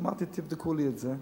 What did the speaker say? אמרתי: תבדקו לי את זה.